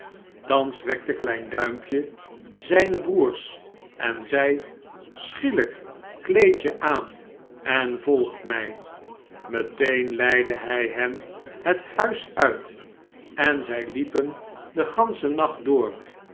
thans wekte klein duimpje zijne broêrs en zei schielijk kleedt je aan en volgt mij meteen leidde hij hen het huis uit en zij liepen den ganschen nacht door